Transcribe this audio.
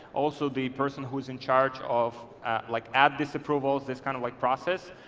also the person who's in charge of like ad disapprovals, this kind of like process.